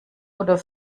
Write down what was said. oder